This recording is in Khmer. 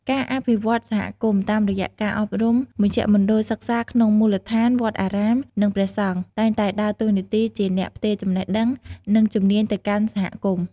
ការអភិវឌ្ឍសហគមន៍តាមរយៈការអប់រំមជ្ឈមណ្ឌលសិក្សាក្នុងមូលដ្ឋាន វត្តអារាម និងព្រះសង្ឃតែងតែដើរតួនាទីជាអ្នកផ្ទេរចំណេះដឹង និងជំនាញទៅកាន់សហគមន៍។